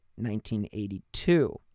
1982